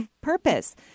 purpose